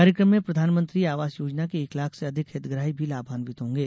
कार्यक्रम में प्रधानमंत्री आवास योजना के एक लाख से अधिक हितग्राही भी लाभान्वित होंगे